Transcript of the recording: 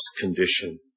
condition